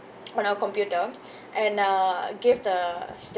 on our computer and uh give the